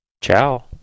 Ciao